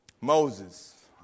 Moses